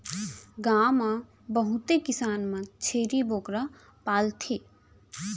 गॉव म बहुते किसान मन छेरी बोकरा पालथें